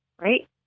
right